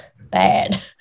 bad